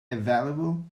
available